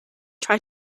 try